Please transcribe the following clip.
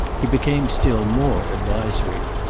he became still more advisory.